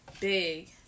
big